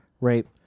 Right